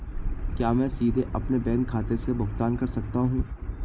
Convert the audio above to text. क्या मैं सीधे अपने बैंक खाते से भुगतान कर सकता हूं?